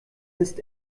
ist